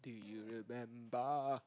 do you remember